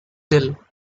till